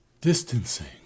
distancing